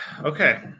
Okay